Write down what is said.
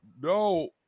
No